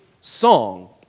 song